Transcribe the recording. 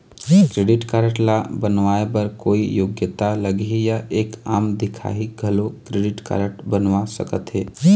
Credit card ला बनवाए बर कोई योग्यता लगही या एक आम दिखाही घलो क्रेडिट कारड बनवा सका थे?